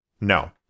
No